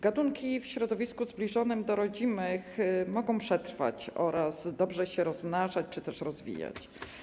Gatunki w środowisku zbliżonym do rodzimego mogą przetrwać oraz dobrze się rozmnażać czy też rozwijać.